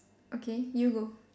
okay you go